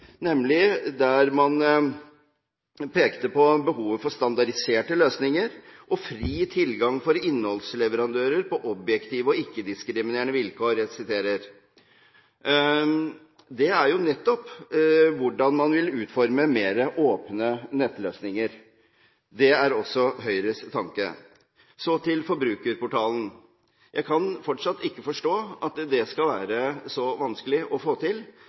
nemlig der man pekte på behovet for standardiserte løsninger og fri tilgang for innholdsleverandører på objektive og ikke-diskriminerende vilkår, som nettopp går på hvordan man vil utforme mer åpne nettløsninger. Det er også Høyres tanke. Så til forbrukerportalen. Jeg kan fortsatt ikke forstå at det skal være så vanskelig å få til.